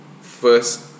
First